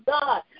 God